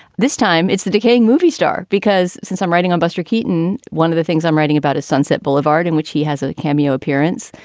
this time it's the decaying movie star. because since i'm writing on buster keaton, one of the things i'm writing about is sunset boulevard, in which he has a cameo appearance.